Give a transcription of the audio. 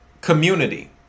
community